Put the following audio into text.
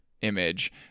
image